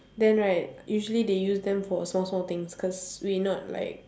then right usually they use them for small small things cause we not like